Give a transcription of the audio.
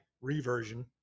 reversion